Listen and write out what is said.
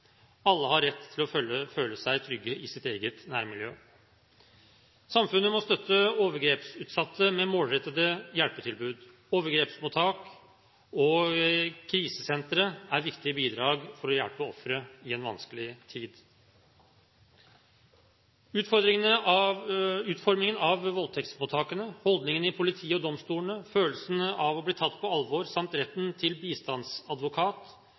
Alle har rett til å føle seg trygge i sitt eget nærmiljø. Samfunnet må støtte overgrepsutsatte med målrettede hjelpetilbud. Overgrepsmottak og krisesentre er viktige bidrag for å hjelpe ofre i en vanskelig tid. Utformingen av voldtektsmottakene, holdningene i politiet og domstolene, følelsen av å bli tatt på alvor samt retten til bistandsadvokat